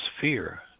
fear